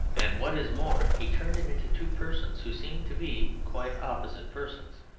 and what is more, he turned him into two persons who seem to be quite opposite persons.